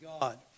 God